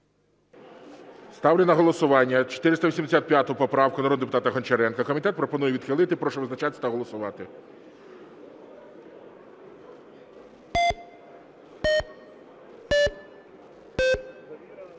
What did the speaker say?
Ставлю на голосування 485 поправку народного депутата Гончаренка. Комітет пропонує відхилити. Прошу визначатися та голосувати.